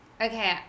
okay